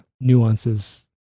nuances